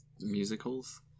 musicals